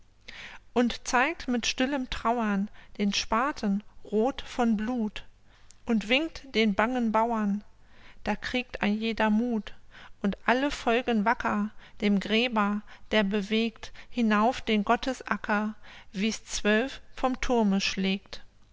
und zeigt mit stillem trauern den spaten roth von blut und winkt den bangen bauern da kriegt ein jeder muth und alle folgen wacker dem gräber der bewegt hinauf den gottesacker wie's zwölf vom thurme schlägt